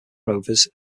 rovers